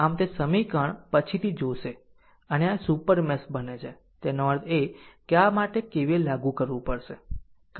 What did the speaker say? આમ તે સમીકરણ પછીથી જોશે અને આ આ એક સુપર મેશ બને છે તેનો અર્થ એ કે આ માટે KVL લાગુ કરવું પડશે